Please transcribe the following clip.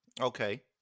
Okay